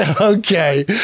okay